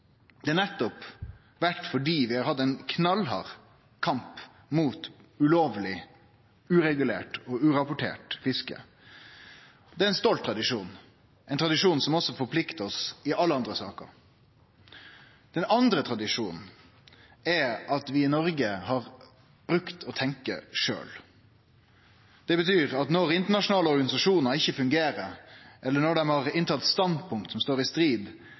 Det har nettopp vore fordi vi har hatt ein knallhard kamp mot ulovleg, uregulert og urapportert fiske. Det er ein stolt tradisjon, ein tradisjon som også forpliktar oss i alle andre saker. Den andre tradisjonen er at vi i Noreg har brukt å tenkje sjølve. Det betyr at når internasjonale organisasjonar ikkje fungerer, eller når dei har inntatt standpunkt som står i strid